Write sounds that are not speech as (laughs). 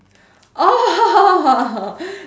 oh (laughs)